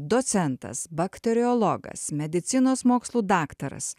docentas bakteriologas medicinos mokslų daktaras